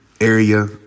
area